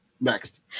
Next